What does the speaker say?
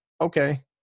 okay